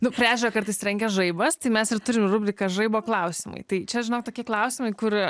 nu prie ežero kartais trenkia žaibas tai mes ir turim rubriką žaibo klausimai tai čia žinok tokie klausimai kur